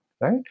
right